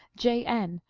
j. n,